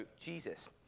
Jesus